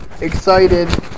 excited